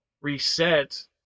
reset